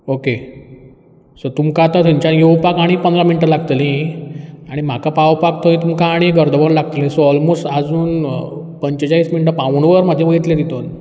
okay so तुमकां आतां थंयच्यान येवपाक आनीक पंदरा मिनटां लागतलीं आनी म्हाका पावपाक थंय तुमकां आनीक अर्द वर लागतलें सो ऑलमोस्ट आजून पंचेचाळीस मिणटां पावूण वर म्हाजें वयतलें तितून